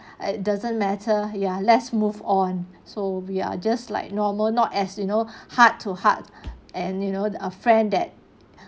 it doesn't matter ya let's move on so we are just like normal not as you know heart to heart and you know a friend that